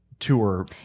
tour